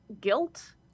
guilt